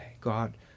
God